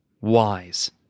wise